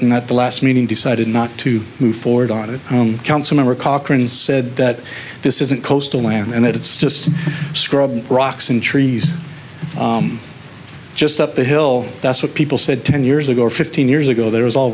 and at the last meeting decided not to move forward on it council member cochran said that this isn't coastal land it's just scrub rocks and trees just up the hill that's what people said ten years ago fifteen years ago that was all